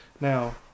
Now